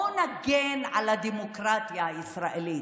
בואו נגן על הדמוקרטיה הישראלית.